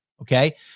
okay